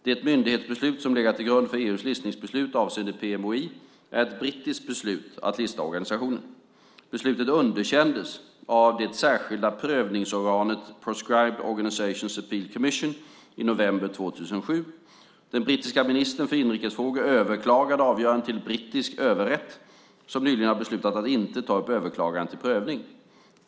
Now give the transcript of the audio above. Det myndighetsbeslut som legat till grund för EU:s listningsbeslut avseende PMOI är ett brittiskt beslut att lista organisationen. Beslutet underkändes av det särskilda prövningsorganet POAC, Proscribed Organisations Appeals Commission, i november 2007. Den brittiska ministern för inrikesfrågor överklagade avgörandet till brittisk överrätt som nyligen har beslutat att inte ta upp överklagandet till prövning.